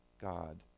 God